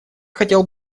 хотел